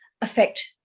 affect